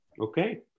Okay